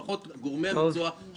לפחות לפי גורמי המקצוע,